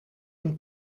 een